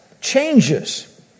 changes